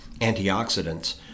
antioxidants